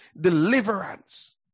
deliverance